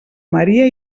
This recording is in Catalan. maria